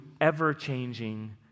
ever-changing